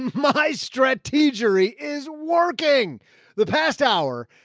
my stress teachery is working the past hour.